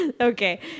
Okay